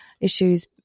issues